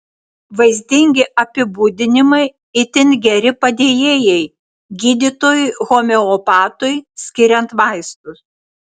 vaizdingi apibūdinimai itin geri padėjėjai gydytojui homeopatui skiriant vaistus